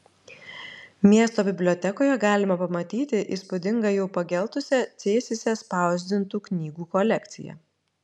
miesto bibliotekoje galima pamatyti įspūdingą jau pageltusią cėsyse spausdintų knygų kolekciją